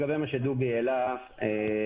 לגבי הדברים שדובי אמיתי העלה,